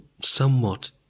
somewhat